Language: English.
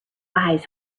eyes